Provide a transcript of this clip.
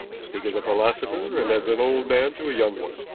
i speak as a philosopher, and as an old man to a young one.